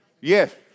Yes